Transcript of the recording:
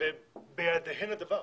ובידיהן הדבר.